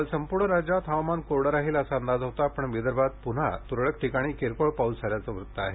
काल संपूर्ण राज्यात हवामान कोरडे राहील असा अंदाज होता पण विदर्भात पून्हा तूरळक ठिकाणी किरकोळ पाऊस झाल्याचे वृत्त आहे